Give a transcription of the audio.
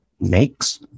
makes